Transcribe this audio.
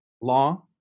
Law